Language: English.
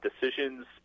decisions